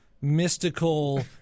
mystical